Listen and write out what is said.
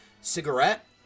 cigarette